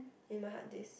in my hard disk